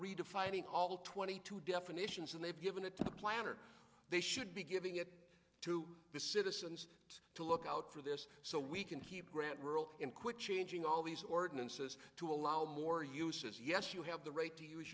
redefining all twenty two definitions and they've given it to the planner they should be giving it to the citizens to look out for this so we can keep grant world and quit changing all these ordinances to allow more uses yes you have the right to